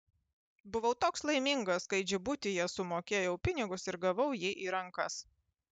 buvau toks laimingas kai džibutyje sumokėjau pinigus ir gavau jį į rankas